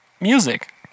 music